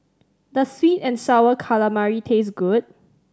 does sweet and Sour Calamari taste good